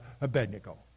Abednego